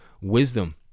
wisdom